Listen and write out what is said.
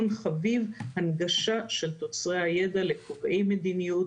והנגשה של תוצרי הידע לקובעי מדיניות,